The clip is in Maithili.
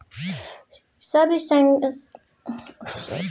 सब गहिंकी केँ अपन मोबाइल सँ डिपोजिट परची डाउनलोड करबाक सुभिता रहैत छै